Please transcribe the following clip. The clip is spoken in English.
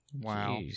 Wow